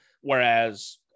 Whereas